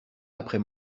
après